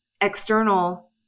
external